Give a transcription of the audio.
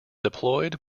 deployed